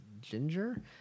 ginger